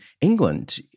England